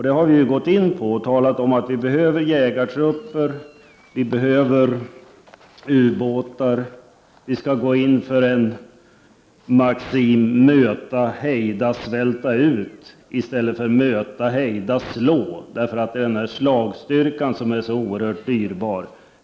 Det har vi gått in på i motionen och talat om att det behövs jägartrupper och att det behövs ubåtar. Maximen skall vara ”möta, hejda, svälta ut” i stället för ”möta, hejda, slå”, för det är slagstyrkan som är så oerhört dyrbar.